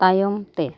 ᱛᱟᱭᱚᱢᱛᱮ